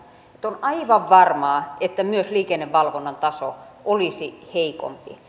on aivan varmaa että myös liikennevalvonnan taso olisi heikompi